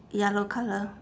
yellow colour